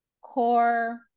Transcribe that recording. core